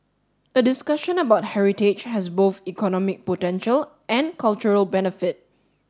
a discussion about heritage has both economic potential and cultural benefit